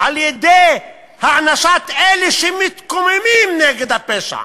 על-ידי הענשת אלה שמתקוממים נגד הפשע,